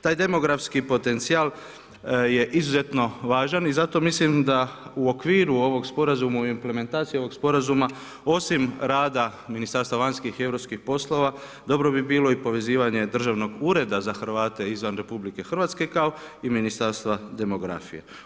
Taj demografski potencijal je izuzetno važan i zato mislim da u okvir ovog sporazuma i implementaciji ovog sporazuma, osim rada Ministarstva vanjskih i europskih poslova, dobro bi bilo i povezivanje Državnog ureda za Hrvate izvan RH, kao i Ministarstva demografije.